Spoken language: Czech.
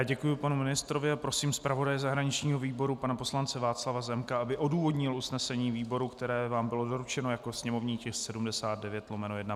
Děkuji panu ministrovi a prosím zpravodaje zahraničního výboru pana poslance Václava Zemka, aby odůvodnil usnesení výboru, které vám bylo doručeno jako sněmovní tisk 79/1.